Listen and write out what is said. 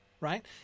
right